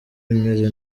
imeze